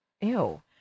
Ew